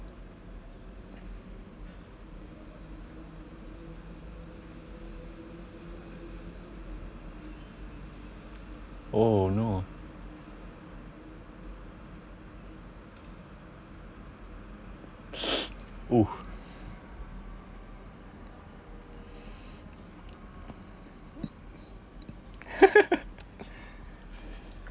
oh no oh